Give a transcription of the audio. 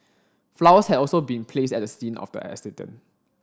flowers had also been placed at the scene of the accident